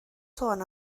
sôn